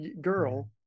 girl